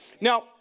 Now